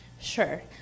Sure